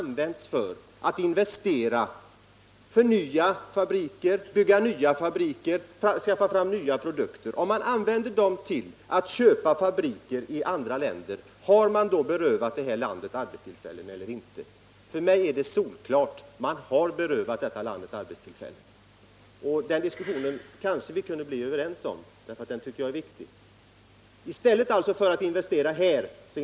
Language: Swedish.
I stället för att investera här investerar man på andra håll. Även om man inte direkt har lagt ner arbetstillfällen här, plockat människor ur produktionen, har man förhindrat att nya människor kommer in i produktionen under de kommande åren. Det kallar jag också för stöld av arbetstillfällen. Herr talman! Rolf Hagel förbiser några saker i sitt resonemang. På senare år har investeringarna i utlandet helt eller huvudsakligen — vanligen helt — baserats på upplåning utomlands, vanligen i det land där investeringen skett. Man har alltså inte från den svenska kapitalmarknaden dragit undan medel som kunde användas för svenska investeringar, om sådana hade en grundval.